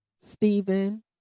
Stephen